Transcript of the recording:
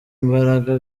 imbaraga